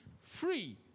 free